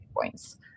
points